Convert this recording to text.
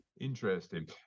interesting